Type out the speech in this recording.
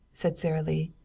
said sara lee.